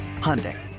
Hyundai